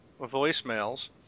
voicemails